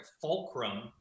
fulcrum